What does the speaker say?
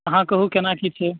अहाँ कहूंँ केना की छै